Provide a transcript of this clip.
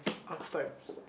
archetypes